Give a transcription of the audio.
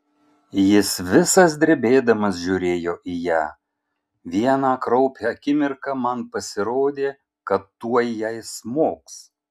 jis visas drebėdamas žiūrėjo į ją vieną kraupią akimirką man pasirodė kad tuoj jai smogs